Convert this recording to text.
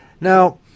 Now